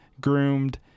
groomed